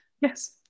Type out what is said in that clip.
Yes